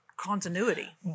Continuity